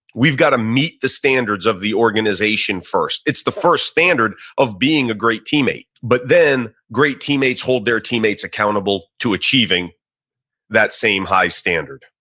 we've got to meet the standards of the organization first. it's the first standard of being a great teammate, but then great teammates hold their teammates accountable to achieving that same high standard.